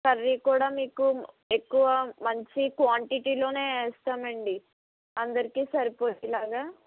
curry కూడా మీకు ఎక్కువ మంచి క్వాంటిటీలోనే ఇస్తామండి అందరికీ సరిపోయేలాగా